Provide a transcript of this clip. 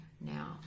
now